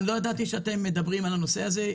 לא ידעתי שאתם מדברים על הנושא הזה.